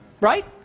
Right